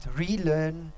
relearn